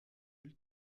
aile